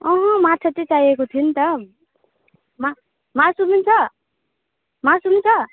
अहँ माछा चाहिँ चाहिएको थियो नि त मा मासु पनि छ मासु पनि छ